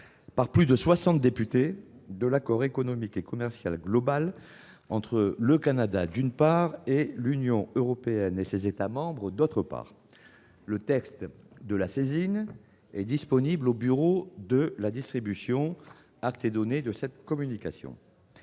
par plus de soixante députés, de l'accord économique et commercial global, ou AEGG, entre le Canada, d'une part, et l'Union européenne et ses États membres, d'autre part. Le texte de la saisine est disponible au bureau de la distribution. Acte est donné de cette communication.